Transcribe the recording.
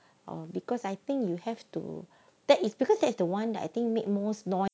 oh because I think you have to that is because that's the one I think make most not